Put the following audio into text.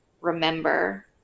remember